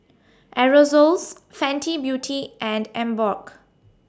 Aerosoles Fenty Beauty and Emborg